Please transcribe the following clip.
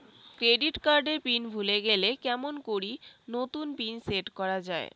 Credit card এর pin ভুলে গেলে কেমন করি নতুন পিন সেট করা য়ায়?